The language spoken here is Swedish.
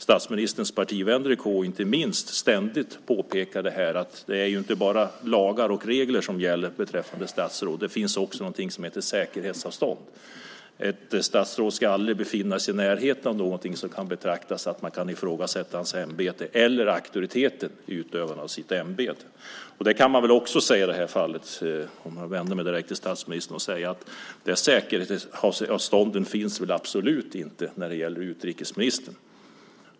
Statsministerns partivänner i KU påpekade att det inte är bara lagar och regler som gäller beträffande statsråd, utan det finns också någonting som heter säkerhetsavstånd. Ett statsråd ska aldrig befinna sig i närheten av någonting som kan betraktas på så sätt att hans ämbete eller auktoriteten i utövandet av ämbetet kan ifrågasättas. Jag vänder mig direkt till statsministern och säger att i det här fallet, när det gäller utrikesministern, finns absolut inte de säkerhetsavstånden.